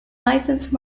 license